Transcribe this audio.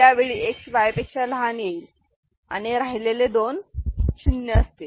त्यावेळी X Y पेक्षा लहान म्हणजे येईल आणि राहिलेले दोन शून्य असतील